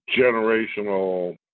generational